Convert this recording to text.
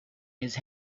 his